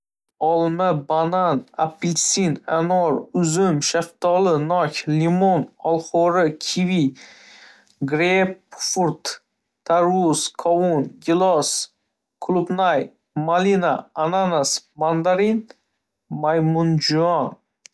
Olma, banan, apelsin, anor, uzum, shaftoli, nok, limon, olxo'ri, kivi, greypfrut, tarvuz, qovun, gilos, qulupnay, malina, ananas, mandarin, maymunjon.